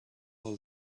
are